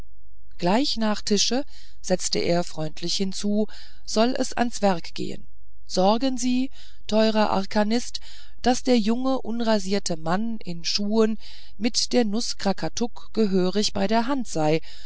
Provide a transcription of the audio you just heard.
gleich nach tische setzte er freundlich hinzu soll es ans werk gehen sorgen sie teurer arkanist daß der junge unrasierte mann in schuhen mit der nuß krakatuk gehörig bei der hand sei